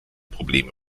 probleme